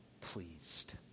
pleased